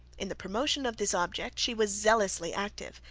in the promotion of this object she was zealously active,